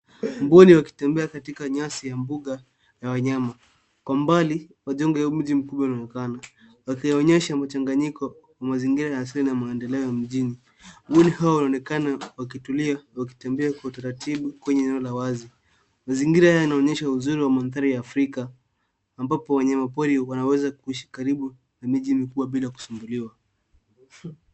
Mbuni wakitembea katika nyasi ya mbuga ya wanyama. Kwa mbali majengo ya mji mkubwa inaonekana. Wakionyesha mchanganyiko wa mazingira asili na maendeleo ya mjini. Mbuni hawa wanaonekana wakitulia, wakitembea kwa utaratibu kwenye eneo la wazi. Mazingira haya yanaonyesha uzuri wa mandhari ya Afrika, ambapo wanyama pori wanaweza kuishi karibu na miji mikubwa bila kusumbuliwa.